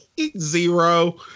zero